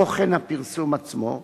תוכן הפרסום עצמו,